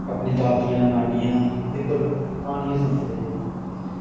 अपनी दादियां नानियां उंदे घरो क्हानियां सुनदे रेह्